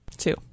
Two